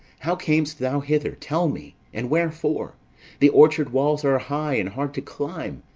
how cam'st thou hither, tell me, and wherefore? the orchard walls are high and hard to climb,